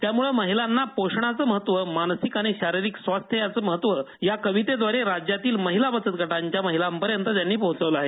यामुळे महिलांना पोषणाचं महत्व मानसिक आणि शारीरिक स्वास्थ याचं महत्व या कवितेद्वार राज्यातील महिला बचत गटांच्या महिलांपर्यंत त्यांनी पोहोचवलं आहे